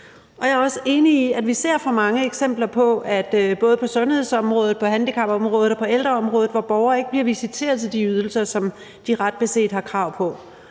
Jeg er også enig i, at vi ser for mange eksempler på, at borgere både på sundhedsområdet, på handicapområdet og på ældreområdet ikke bliver visiteret til de ydelser, som de ret beset har krav på,